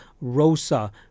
Rosa